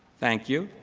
thank you.